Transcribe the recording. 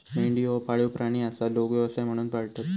मेंढी ह्यो पाळीव प्राणी आसा, लोक व्यवसाय म्हणून पाळतत